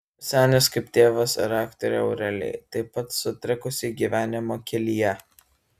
senis kaip tėvas ir aktorei aurelijai taip pat sutrikusiai gyvenimo kelyje